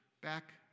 Back